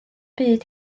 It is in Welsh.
byd